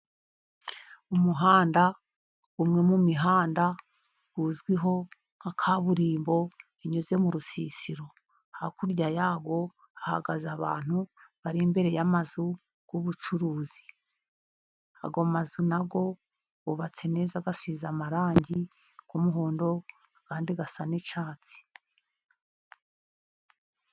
Umuhanda, umwe mu mihanda uzwiho nka kaburimbo binyuze mu rusisiro, hakurya yawo hagaze abantu bari imbere y'amazu y'ubucuruzi, ayo mazu nayo yubatse neza asize amarangi y'umuhondo ayandi asa n'icyatsi.